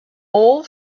all